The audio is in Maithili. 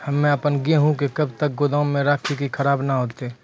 हम्मे आपन गेहूँ के कब तक गोदाम मे राखी कि खराब न हते?